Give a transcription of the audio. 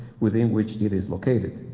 within which it is located.